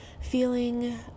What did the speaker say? feeling